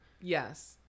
Yes